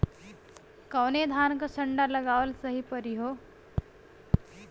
कवने धान क संन्डा लगावल सही परी हो?